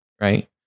Right